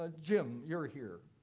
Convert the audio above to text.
ah jim, you're here,